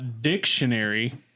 Dictionary